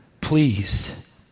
Please